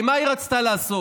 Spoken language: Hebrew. הרי מה היא רצתה לעשות?